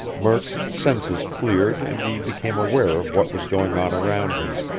murk's senses cleared and he became aware of what was going on around him.